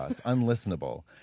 unlistenable